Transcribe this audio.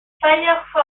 firefox